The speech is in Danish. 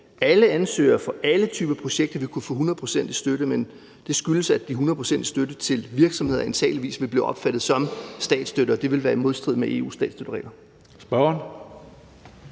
alle ansøgere fra alle typer projekter vil kunne få 100 pct. i støtte, men det skyldes, at de 100 pct. i støtte til virksomheder antageligvis vil blive opfattet som statsstøtte, og det vil være i modstrid med EU's statsstøtteregler.